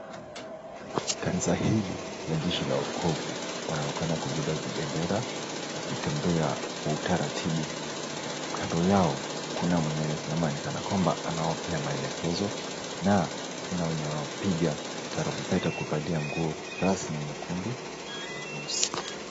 Stanza hili la jeshi la wokovu wanaonekana kubeba vibendera na kutembea kwa utaratibu. Kando yao kuna mwenye amesimama kana kwamba anawapea maelekezo na kuna wenye wanaopiga tarumbeta kuvalia nguo rasmi nyekundu na nyeusi .